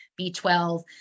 B12